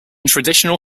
traditional